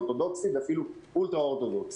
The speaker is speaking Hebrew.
אורתודוקסי ואפילו אולטרה-אורתודוקס.